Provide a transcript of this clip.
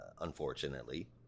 unfortunately